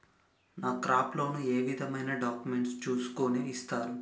నాకు crop loan ఏ విధమైన డాక్యుమెంట్స్ ను చూస్కుని ఇస్తారు?